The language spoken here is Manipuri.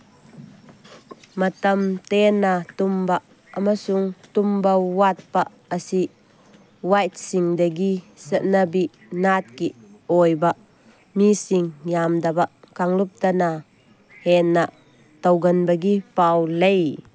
ꯃꯇꯝ ꯇꯦꯟꯅ ꯇꯨꯝꯕ ꯑꯃꯁꯨꯡ ꯇꯨꯝꯕ ꯋꯥꯠꯄ ꯑꯁꯤ ꯋꯥꯏꯠꯁꯤꯡꯗꯒꯤ ꯆꯠꯅꯕꯤ ꯅꯥꯠꯀꯤ ꯑꯣꯏꯕ ꯃꯤꯁꯤꯡ ꯌꯥꯝꯗꯕ ꯀꯥꯡꯂꯨꯞꯇꯅ ꯍꯦꯟꯅ ꯇꯧꯒꯟꯕꯒꯤ ꯄꯥꯎ ꯂꯩ